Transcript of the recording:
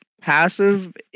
passive